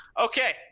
Okay